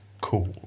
cool